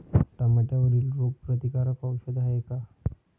टमाट्यावरील रोग प्रतीकारक औषध हाये का?